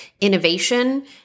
innovation